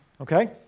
Okay